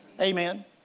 Amen